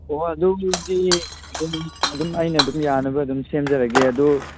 ꯑꯣ ꯑꯗꯨꯒꯤꯗꯤ ꯑꯗꯨꯝ ꯑꯩꯅ ꯑꯗꯨꯝ ꯌꯥꯅꯕ ꯑꯗꯨꯝ ꯁꯦꯝꯖꯔꯒꯦ ꯑꯗꯨ